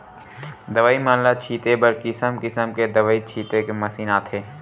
दवई मन ल छिते बर किसम किसम के दवई छिते के मसीन आथे